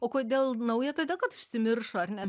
o kodėl nauja todėl kad užsimiršo ar ne